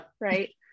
Right